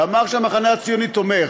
ואמר שהמחנה הציוני תומך.